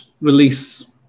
release